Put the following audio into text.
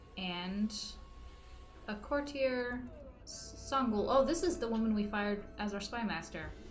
and a courtier songul oh this is the woman we fired as our spy master